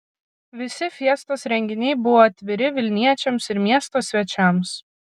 visi fiestos renginiai buvo atviri vilniečiams ir miesto svečiams